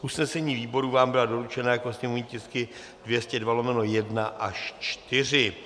Usnesení výborů vám byla doručena jako sněmovní tisky 202/1 až 4.